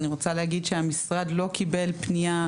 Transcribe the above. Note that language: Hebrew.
אני רוצה להגיד שהמשרד לא קיבל פנייה,